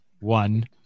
one